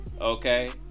Okay